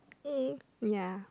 mm ya